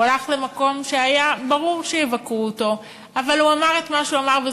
הוא הלך למקום שהיה ברור שיבקרו אותו על כך,